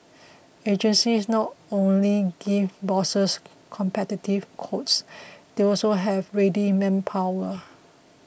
agencies not only give bosses competitive quotes they also have ready manpower